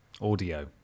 Audio